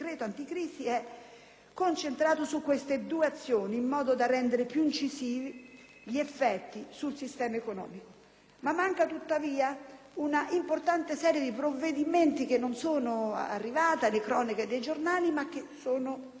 concentrato su queste due azioni, in modo da rendere più incisivi gli effetti sul sistema economico. Non manca tuttavia una serie di provvedimenti che non sono arrivati alle cronache dei giornali, ma che sono importanti.